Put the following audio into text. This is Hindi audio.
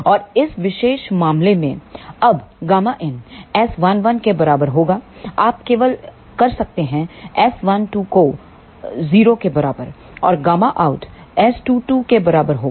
और इस विशेष मामले में अब Γin S11 के बराबर होगा आप केवल कर सकते हैं S12 को 0 के बराबर और Γout S22 के बराबर होगा